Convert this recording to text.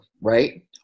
right